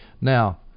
Now